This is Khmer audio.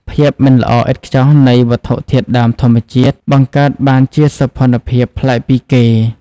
ភាពមិនល្អឥតខ្ចោះនៃវត្ថុធាតុដើមធម្មជាតិ បង្កើតបានជាសោភ័ណភាពប្លែកពីគេ។